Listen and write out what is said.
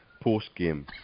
post-game